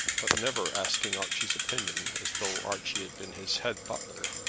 but never asking archie's opinion as though archie had been his head-butler.